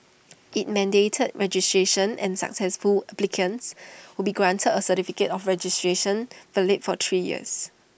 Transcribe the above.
IT mandated registration and successful applicants would be granted A certificate of registration valid for three years